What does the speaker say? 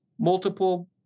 multiple